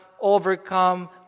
overcome